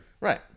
Right